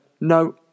No